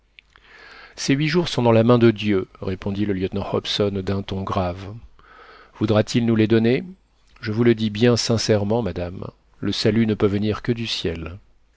ces huit jours sont dans la main de dieu répondit le lieutenant hobson d'un ton grave voudra-t-il nous les donner je vous le dis bien sincèrement madame le salut ne peut venir que du ciel